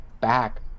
back